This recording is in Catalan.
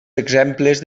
exemples